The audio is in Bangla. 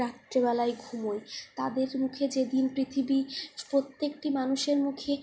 রাত্রিবেলায় ঘুমোয় তাদের মুখে যে দিন পৃথিবীর প্রত্যেকটি মানুষের মুখে